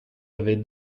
avez